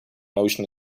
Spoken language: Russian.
научно